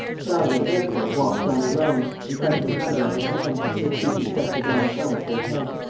prasville, therefore, walked on alone, in front of a number of his men, with chief-inspector blanchon at their head.